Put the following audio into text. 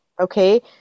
okay